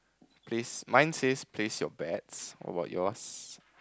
please mind safe place your bags what about yours